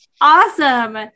awesome